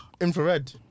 Infrared